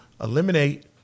eliminate